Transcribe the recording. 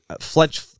Fletch